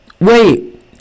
Wait